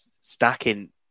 stacking